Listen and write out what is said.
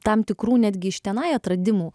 tam tikrų netgi iš tenai atradimų